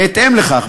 בהתאם לכך,